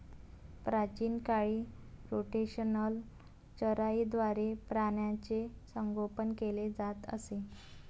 प्राचीन काळी रोटेशनल चराईद्वारे प्राण्यांचे संगोपन केले जात असे